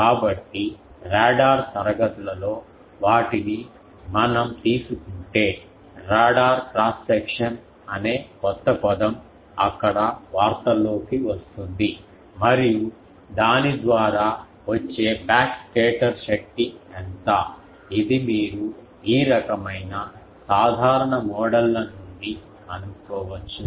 కాబట్టి రాడార్ తరగతులలో వాటిని మనం తీసుకుంటే రాడార్ క్రాస్ సెక్షన్ అనే కొత్త పదం అక్కడ వార్తల్లోకి వస్తుంది మరియు దాని ద్వారా వచ్చే బ్యాక్ స్కేటర్ శక్తి ఎంత ఇది మీరు ఈ రకమైన సాధారణ మోడళ్ల నుండి కనుక్కోవచ్చు